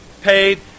paid